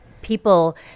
People